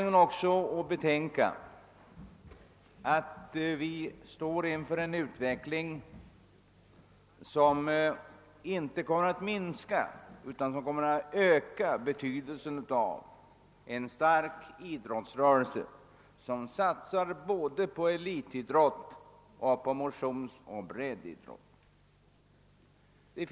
Vi har också anledning tänka på att vi står inför en utveckling, som kommer att öka betydelsen av en stark idrottsrörelse vilken satsar både på elitidrott och på motionsoch breddidrott.